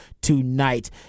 tonight